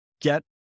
get